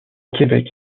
québec